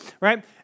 Right